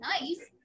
nice